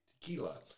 tequila